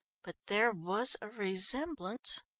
but there was a resemblance.